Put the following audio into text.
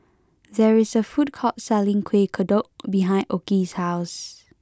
there is a food court selling Kueh Kodok behind Okey's house